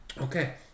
Okay